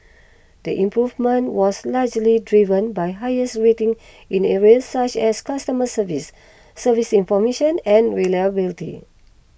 the improvement was largely driven by higher ratings in areas such as customer service servicing information and reliability